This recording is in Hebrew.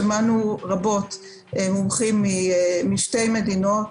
שמענו מומחים משתי מדינות,